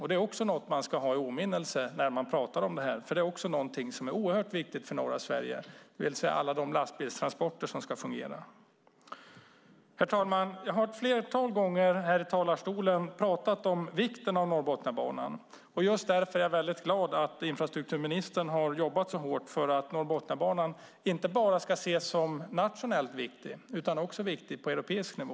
Det är också något man ska ha i åminnelse när man talar om det här, för fungerande lastbilstransporter är oerhört viktigt för norra Sverige. Jag har ett flertal gånger här i talarstolen talat om vikten av Norrbotniabanan, och just därför är jag väldigt glad att infrastrukturministern har jobbat så hårt för att Norrbotniabanan inte bara ska ses som nationellt viktig utan viktig också på europeisk nivå.